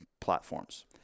platforms